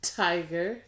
tiger